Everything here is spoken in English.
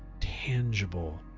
tangible